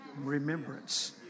remembrance